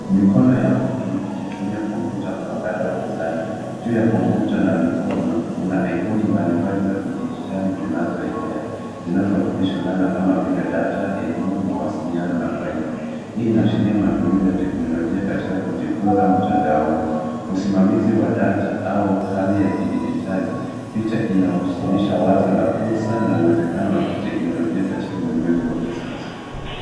Mikono ya mtu ikitumia kompyuta mpakato gizani. Juu ya kompyuta na mikono, kuna ikoni mbalimbali za kidijitali zinazoelea, zinazowakilisha dhana kama vile data , elimu, mawasiliano na faili. Hii inaashiria matumizi ya teknolojia katika kujifunza mtandaoni, usimamizi wa data au kazi ya kidijitali. Picha inawasilisha wazo la fursa na uwezekano wa kiteknolojia katika ulimwengu wa kisasa.